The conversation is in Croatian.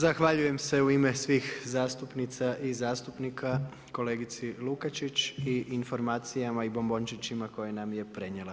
Zahvaljujem se u ime svih zastupnica i zastupnika kolegici Lukačić i informacijama i bombončićima koji nam je prenijela.